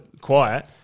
quiet